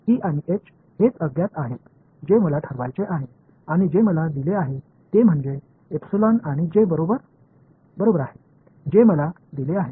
E आणि H हेच अज्ञात आहे जे मला ठरवायचे आहे आणि जे मला दिले आहे ते म्हणजे एपिसलन आणि जे बरोबर आहे जे मला दिले आहे